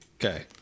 Okay